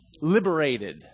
Liberated